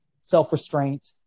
self-restraint